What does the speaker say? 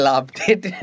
update